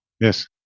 Yes